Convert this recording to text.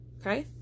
Okay